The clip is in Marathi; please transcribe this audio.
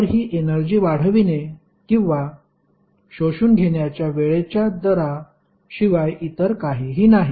पॉवर ही एनर्जी वाढविणे किंवा शोषून घेण्याच्या वेळेच्या दरा शिवाय इतर काहीही नाही